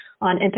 on